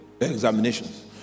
examinations